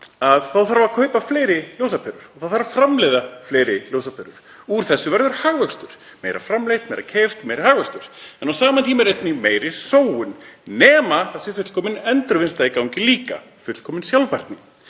þarf að kaupa fleiri ljósaperur og það þarf að framleiða fleiri ljósaperur. Úr þessu verður hagvöxtur; meira framleitt, meira keypt, meiri hagvöxtur. En á sama tíma er einnig meiri sóun nema það sé fullkomin endurvinnsla í gangi líka; fullkomin sjálfbærni.